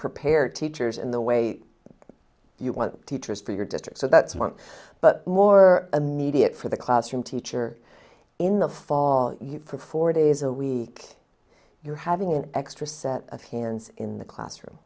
prepare teachers in the way you want teachers for your district so that's one but more immediate for the classroom teacher in the fall for four days a week you're having an extra set of hands in the classroom